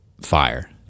fire